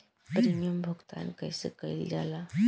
Premium भुगतान कइसे कइल जाला?